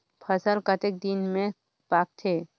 फसल कतेक दिन मे पाकथे?